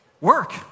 Work